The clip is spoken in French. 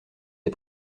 est